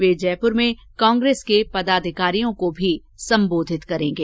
वे जयपुर में कांग्रेस के पदाधिकारियों को भी संबोधित करेंगे